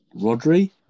Rodri